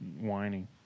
whining